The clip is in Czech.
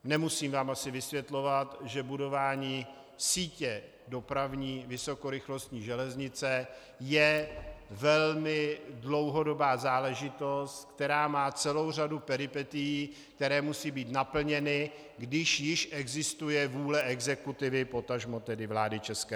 Nemusím vám asi vysvětlovat, že budování sítě dopravní vysokorychlostní železnice je velmi dlouhodobá záležitost, která má celou řadu peripetií, které musí být naplněny, když již existuje vůle exekutivy, potažmo tedy vlády ČR.